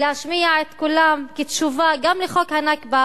להשמיע את קולם כתשובה גם לחוק הנכבה